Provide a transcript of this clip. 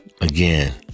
again